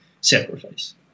sacrifice